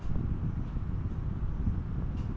আমার mobile phone কিভাবে recharge করতে পারব?